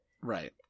Right